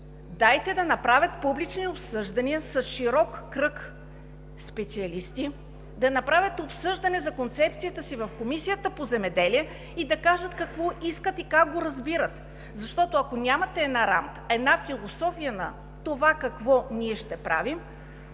дайте да направят публични обсъждания с широк кръг специалисти, да направят обсъждане за концепцията си в Комисията по земеделието и храните и да кажат какво искат и как го разбират. Защото, ако няма рамка, една философия на това какво ние ще правим,